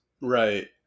right